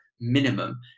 minimum